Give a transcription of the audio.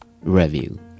Review